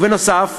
בנוסף,